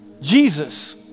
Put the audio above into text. jesus